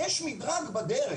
יש מדרג בדרך.